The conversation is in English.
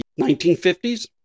1950s